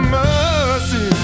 mercy